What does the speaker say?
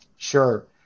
Sure